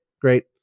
great